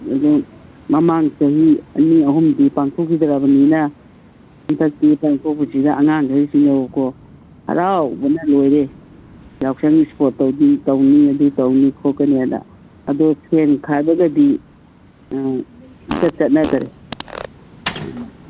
ꯑꯗꯨꯝ ꯃꯃꯥꯡ ꯆꯍꯤ ꯑꯅꯤ ꯑꯍꯨꯝꯗꯤ ꯄꯥꯡꯊꯣꯛꯈꯤꯗ꯭ꯔꯕꯅꯤꯅ ꯍꯟꯗꯛꯇꯤ ꯄꯥꯡꯊꯣꯛꯄꯁꯤꯗ ꯑꯉꯥꯡꯒꯩꯁꯤꯅꯕꯀꯣ ꯍꯔꯥꯎꯕꯅ ꯂꯣꯏꯔꯦ ꯌꯥꯎꯁꯪ ꯏꯁꯄꯣꯔꯠ ꯇꯧꯅꯤ ꯑꯗꯨ ꯇꯧꯅꯤ ꯈꯣꯠꯀꯅꯤꯑꯅ ꯑꯗꯣ ꯁꯦꯟ ꯈꯥꯏꯕꯒꯗꯤ ꯏꯆꯠ ꯆꯠꯅꯗ꯭ꯔꯦ ꯎꯝ